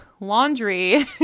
laundry